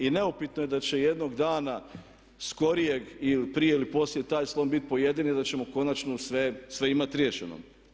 I neupitno je da će jednog dana skorijeg ili prije ili poslije taj slon biti pojeden i da ćemo konačno sve imati riješeno.